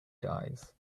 dies